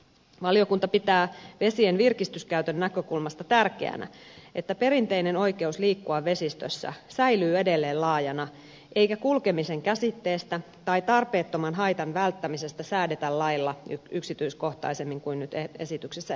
valiokunta pitää vesien virkistyskäytön näkökul masta tärkeänä että perinteinen oikeus liikkua vesistössä säilyy edelleen laajana eikä kulkemisen käsitteestä tai tarpeettoman haitan välttämisestä säädetä lailla yksityiskohtaisemmin kuin nyt esityksessä ehdotetaan